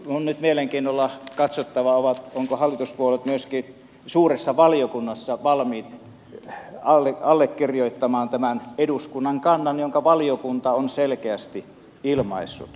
on nyt mielenkiinnolla katsottava ovatko hallituspuolueet myöskin suuressa valiokunnassa valmiit allekirjoittamaan tämän eduskunnan kannan jonka valiokunta on selkeästi ilmaissut